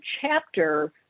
chapter